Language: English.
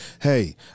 Hey